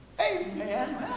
Amen